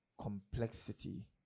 complexity